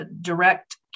direct